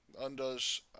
undoes